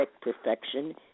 perfection